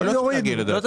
לא תצהיר.